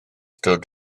dod